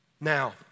Now